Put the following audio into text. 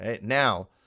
Now